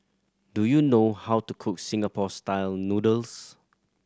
do you know how to cook Singapore Style Noodles